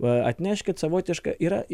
atneškit savotiška yra